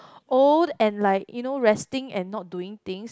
old and like you know resting and not doing things